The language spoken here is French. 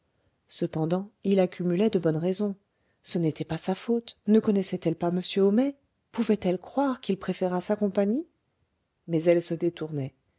cependant il accumulait de bonnes raisons ce n'était pas sa faute ne connaissait elle pas m homais pouvait-elle croire qu'il préférât sa compagnie mais elle se détournait